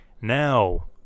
Now